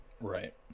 right